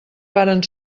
varen